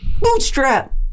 bootstrap